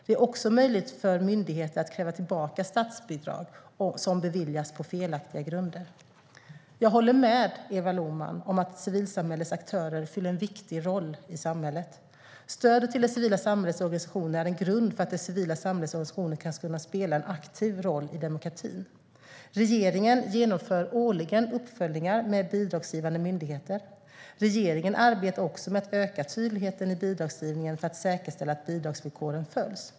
Det är också möjligt för myndigheter att kräva tillbaka statsbidrag som beviljats på felaktiga grunder. Jag håller med Eva Lohman om att civilsamhällets aktörer fyller en viktig roll i samhället. Stödet till det civila samhällets organisationer är en grund för att det civila samhällets organisationer ska kunna spela en aktiv roll i demokratin. Regeringen genomför årligen uppföljningar med bidragsgivande myndigheter. Regeringen arbetar också med att öka tydligheten i bidragsgivningen för att säkerställa att bidragsvillkoren följs.